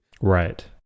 Right